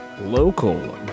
local